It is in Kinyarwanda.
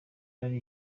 ari